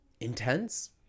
intense